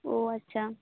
ᱚᱻ ᱟᱪᱷᱟ